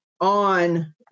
on